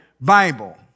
Bible